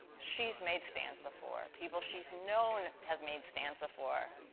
she's made stands before. people she's known has made stands before.